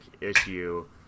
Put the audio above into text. issue